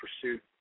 pursuit